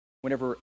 whenever